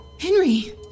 Henry